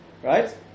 Right